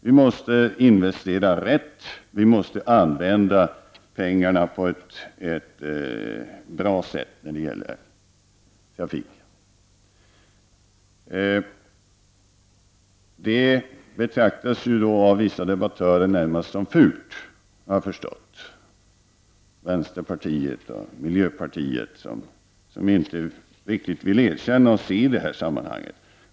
Vi måste investera rätt, använda pengarna på ett bra sätt när det gäller trafiken. Det betraktas av vissa debattörer närmast som fult, har jag förstått. Vänsterpartiet och miljöpartiet vill inte riktigt erkänna och se detta sammanhang.